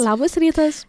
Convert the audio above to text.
labas rytas